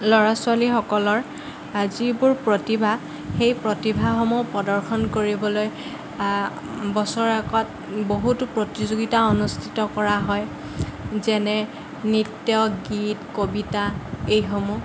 ল'ৰা ছোৱালীসকলৰ যিবোৰ প্ৰতিভা সেই প্ৰতিভাসমূহ প্ৰদৰ্শন কৰিবলৈ বছৰেকত বহুতো প্ৰতিযোগিতা অনুষ্ঠিত কৰা হয় যেনে নৃত্য গীত কবিতা এইসমূহ